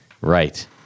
Right